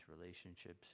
relationships